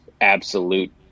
absolute